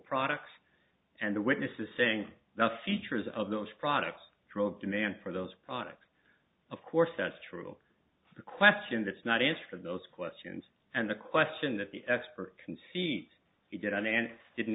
products and the witnesses saying the features of those products drove demand for those products of course that's true the question that's not answer those questions and the question that the expert conceit he didn't and didn't